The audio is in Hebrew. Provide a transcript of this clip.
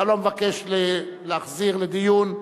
אתה לא מבקש להחזיר לדיון,